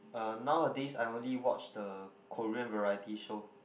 uh nowadays I only watch the Korean variety show